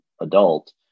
adult